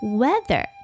weather